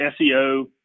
SEO